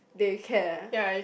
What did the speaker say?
they care